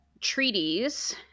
treaties